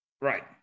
right